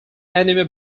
anime